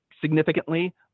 significantly